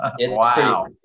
Wow